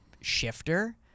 shifter